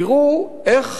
תראו איך